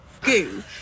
goo